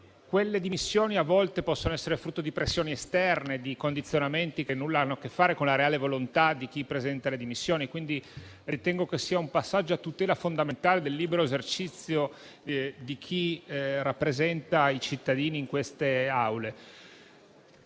Quelle dimissioni a volte possono essere frutto di pressioni esterne e di condizionamenti che nulla hanno a che fare con la reale volontà di chi le presenta, quindi ritengo che sia un passaggio a fondamentale tutela del libero esercizio di chi rappresenta i cittadini in queste Aule.